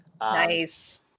Nice